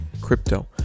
crypto